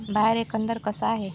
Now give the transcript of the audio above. बाहेर एकंदर कसं आहे